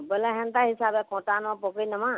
ବୋଲେ ହେନ୍ତା ହିସାବେ କତା ନ ପକେଇ ନେମା